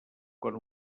quan